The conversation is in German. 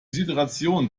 situation